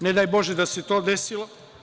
Ne daj Bože da se to desilo.